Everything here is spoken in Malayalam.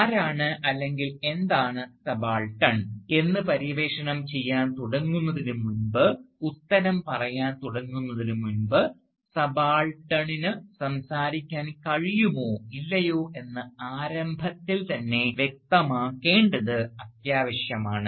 ആരാണ് അല്ലെങ്കിൽ എന്താണ് സബാൾട്ടൻ എന്ന് പര്യവേക്ഷണം ചെയ്യാൻ തുടങ്ങുന്നതിനുമുമ്പ് ഉത്തരം പറയാൻ തുടങ്ങുന്നതിനു മുമ്പ് സബാൾട്ടണിന് സംസാരിക്കാൻ കഴിയുമോ ഇല്ലയോ എന്ന് ആരംഭത്തിൽ തന്നെ വ്യക്തമാക്കേണ്ടത് അത്യാവശ്യമാണ്